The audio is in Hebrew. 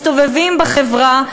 מסתובבים בחברה,